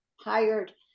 hired